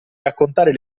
raccontare